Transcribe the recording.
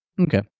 Okay